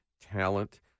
talent